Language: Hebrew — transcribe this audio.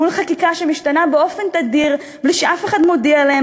מול חקיקה שמשתנה באופן תדיר בלי שאף אחד מודיע להם,